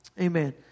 Amen